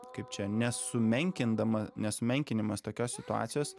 kaip čia nesumenkindama nesumenkinimas tokios situacijos